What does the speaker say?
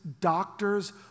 doctors